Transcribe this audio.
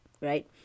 right